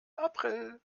april